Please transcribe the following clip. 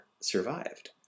survived